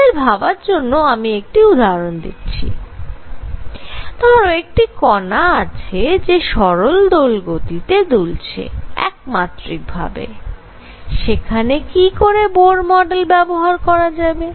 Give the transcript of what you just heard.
তোমাদের ভাবার জন্য আমি একটি উদাহরণ দিচ্ছি ধরো একটি কণা আছে যে সরল দোলগতিতে দুলছে একমাত্রিক ভাবে সেখানে কি করে বোর মডেল ব্যবহার করা যাবে